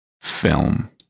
film